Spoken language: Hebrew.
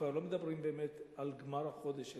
כבר לא מדברים באמת על גמר החודש,